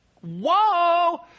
whoa